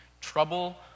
Trouble